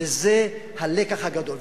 וזה הלקח הגדול.